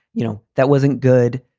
you know, that wasn't good.